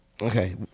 Okay